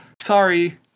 Sorry